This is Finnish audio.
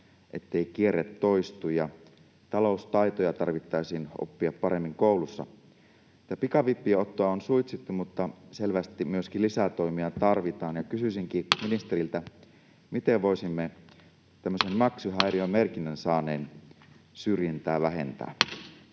ettei kierre toistu. Taloustaitoja tarvitsisi oppia paremmin koulussa. Pikavippien ottoa on suitsittu, mutta selvästi myöskin lisätoimia tarvitaan. Kysyisinkin ministeriltä: miten voisimme tämmöisen maksuhäiriömerkinnän saaneen syrjintää vähentää?